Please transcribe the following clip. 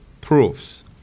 proofs